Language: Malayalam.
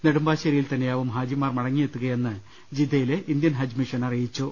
നെടുമ്പാശ്ശേരിയിൽ തന്നെയാവും ഹാജിമാർ മട ങ്ങിയെത്തുകയെന്ന് ജിദ്ദയിലെ ഇന്ത്യൻ ഹജ്ജ് മിഷൻ അറിയിച്ചു